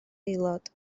aelod